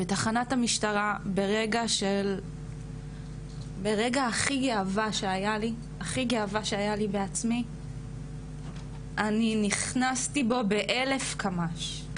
בתחנת המשטרה ברגע הכי גאווה שהיה לי בעצמי אני נכנסתי בו באלף קמ"ש,